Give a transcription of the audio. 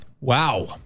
Wow